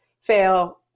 fail